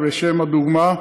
לשם הדוגמה,